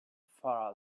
far